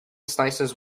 slices